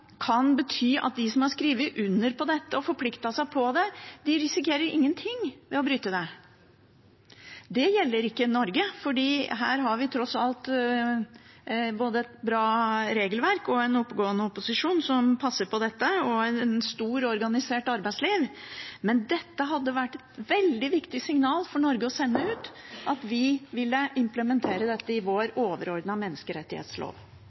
kan bety at de som har skrevet under på dette og forpliktet seg på det, ikke risikerer noen ting ved å bryte det. Det gjelder ikke i Norge, for her har vi tross alt både et bra regelverk, en oppegående opposisjon som passer på dette og et godt organisert arbeidsliv. Men dette hadde vært et veldig viktig signal for Norge å sende ut, at vi ville implementere dette i